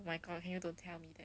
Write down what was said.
my god can you don't tell me leh